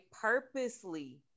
purposely